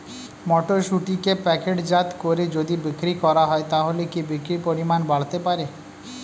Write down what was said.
মটরশুটিকে প্যাকেটজাত করে যদি বিক্রি করা হয় তাহলে কি বিক্রি পরিমাণ বাড়তে পারে?